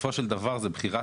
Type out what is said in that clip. בסופו של דבר זו בחירה,